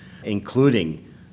including